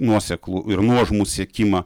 nuoseklų ir nuožmų siekimą